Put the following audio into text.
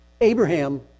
Abraham